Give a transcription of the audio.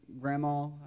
grandma